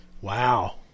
Wow